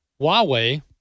Huawei